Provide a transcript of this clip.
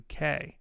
UK